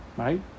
Right